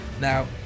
Now